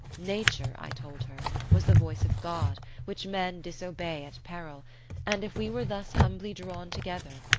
nature, i told her, was the voice of god, which men disobey at peril and if we were thus humbly drawn together,